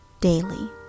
daily